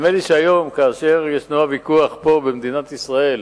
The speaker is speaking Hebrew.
נדמה לי שהיום, כאשר ישנו הוויכוח פה במדינת ישראל